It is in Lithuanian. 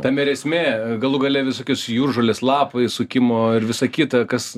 tame ir esmė galų gale visokios jūržolės lapai sukimo ir visa kita kas